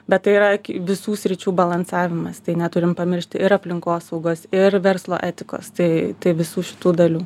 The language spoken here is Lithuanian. bet tai yra visų sričių balansavimas tai neturim pamiršti ir aplinkosaugos ir verslo etikos tai visų šitų dalių